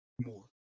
more